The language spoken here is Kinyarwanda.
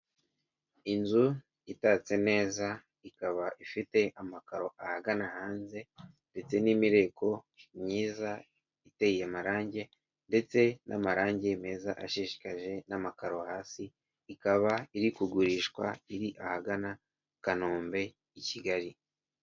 Inzu itatse neza ikaba ifite amakaro ahagana hanze ndetse n'imireko myiza iteye amarangi ndetse n'amarangi meza ashishikaje n'amakaro hasi, ikaba iri kugurishwa iri ahagana i Kanombe i Kigali.